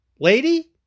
lady